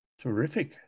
Terrific